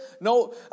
no